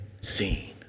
seen